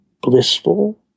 blissful